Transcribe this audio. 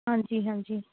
ਹਾਂਜੀ ਹਾਂਜੀ